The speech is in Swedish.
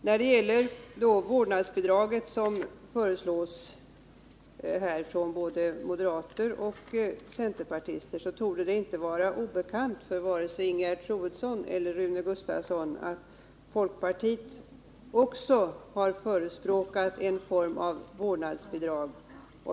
När det gäller vårdnadsbidragen, som föreslås av både moderater och centerpartister, torde det inte vara obekant för vare sig Ingegerd Troedsson eller Rune Gustavsson att folkpartiet också har förespråkat en form av vårdnadsbidrag.